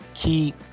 Keep